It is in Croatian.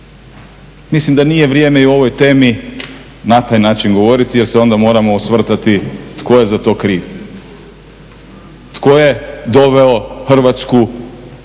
mislim da nije vrijeme i u ovoj temi na taj način govoriti jer se onda moramo osvrtati tko je za to kriv. Tko je doveo Hrvatsku